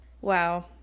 Wow